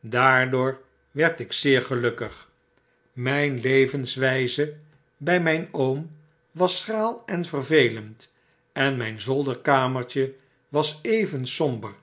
daardoor werd ik zeer gelukkig myn levenswijze bij myn oom was schraal en vervelend en myn zolderkamertje was even somber